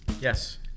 Yes